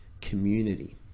community